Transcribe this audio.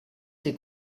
ses